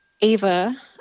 Ava